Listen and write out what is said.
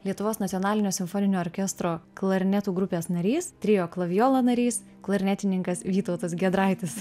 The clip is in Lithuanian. lietuvos nacionalinio simfoninio orkestro klarnetų grupės narys trio klavijola narys klarnetininkas vytautas giedraitis